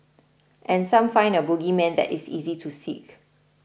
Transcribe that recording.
and some find a bogeyman that is easy to seek